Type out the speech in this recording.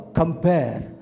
compare